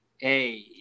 Hey